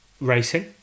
racing